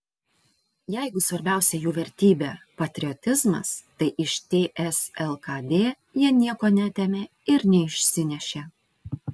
jeigu svarbiausia jų vertybė patriotizmas tai iš ts lkd jie nieko neatėmė ir neišsinešė